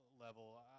level